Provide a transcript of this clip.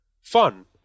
fun